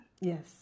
Yes